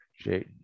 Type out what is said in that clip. jay